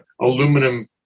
aluminum